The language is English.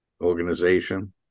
organization